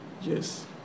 Yes